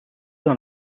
dans